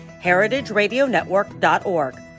heritageradionetwork.org